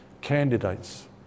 candidates